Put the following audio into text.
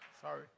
Sorry